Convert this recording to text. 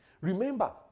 Remember